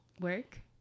work